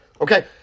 Okay